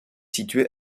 situé